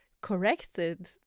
corrected